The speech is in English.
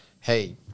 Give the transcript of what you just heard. hey